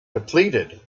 depleted